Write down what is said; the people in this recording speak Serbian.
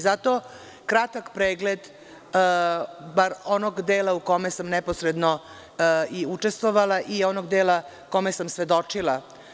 Zato kratak pregled bar onog dela u kome sam neposredno i učestvovala i onog dela kome sam svedočila.